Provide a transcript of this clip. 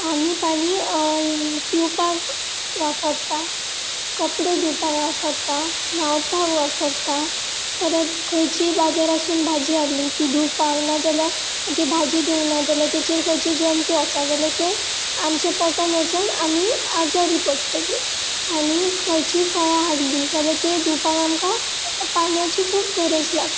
आमी पाणी पिवपाक वापरता कपडे धुवपाक वापरता न्हावपाक वापरता परत खंयचीय बाजार आसून भाजी हाडली ती धुवपाक ना जाल्यार ती भाजी धूवंक ना जाल्यार तेचेर खंयचे जंतू आसा जाल्यार ते आमच्या पोटान वचोन आमी आजारी पडटली आनी खंयची फळां हाडली जाल्यार ते धुवपाक आमकां पान्याची खूब गरज लागता